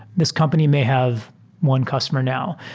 this company may have one customer now.